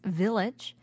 village